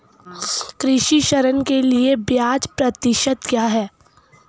कृषि ऋण के लिए ब्याज प्रतिशत क्या है?